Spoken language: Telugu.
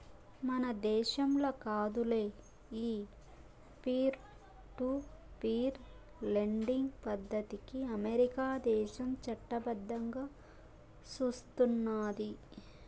మన దేశంల కాదులే, ఈ పీర్ టు పీర్ లెండింగ్ పద్దతికి అమెరికా దేశం చట్టబద్దంగా సూస్తున్నాది